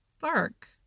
bark